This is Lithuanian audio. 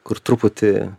kur truputį